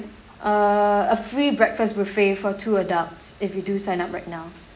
uh a free breakfast buffet for two adults if you do sign up right now